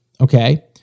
Okay